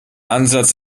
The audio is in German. ansatz